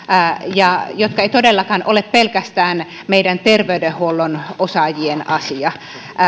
jotka eivät todellakaan ole pelkästään meidän terveydenhuollon osaajien asia